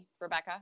Rebecca